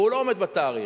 והוא לא עומד בתאריך.